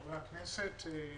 חברי הכנסת,